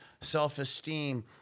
self-esteem